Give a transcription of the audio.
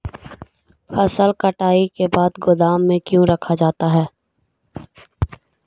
फसल कटाई के बाद गोदाम में क्यों रखा जाता है?